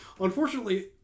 unfortunately